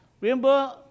Remember